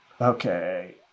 Okay